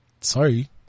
sorry